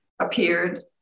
appeared